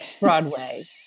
Broadway